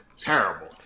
terrible